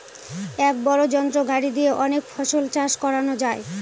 এক বড় যন্ত্র গাড়ি দিয়ে অনেক ফসল চাষ করানো যায়